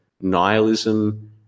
nihilism